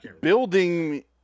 Building